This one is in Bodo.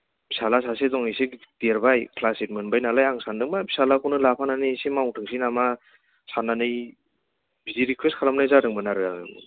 फिसाज्ला सासे दं इसे देरबाय क्लास एइड मोनबाय नालाय आं सान्दोंमोन फिसाज्लाखौनो लाफानानै इसे मावथोंसै नामा साननानै बिदि रिकुवेस्ट खालामनाय जादोंमोन आरो